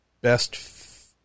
best